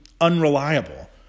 unreliable